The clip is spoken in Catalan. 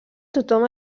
tothom